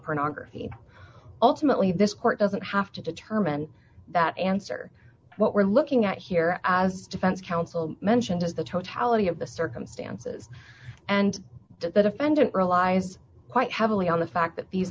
pornography ultimately this court doesn't have to determine that answer what we're looking at here as defense counsel mentioned is the totality of the circumstances and the defendant relies quite heavily on the fact that these